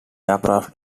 aircraft